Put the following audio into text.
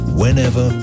whenever